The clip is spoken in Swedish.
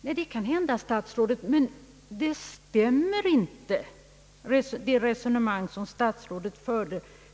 Nej, det kan hända, statsrådet — men resonemanget i dag stämmer inte med statsrådets resonemang